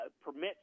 permits